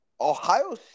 Ohio